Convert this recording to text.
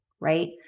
right